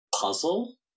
puzzle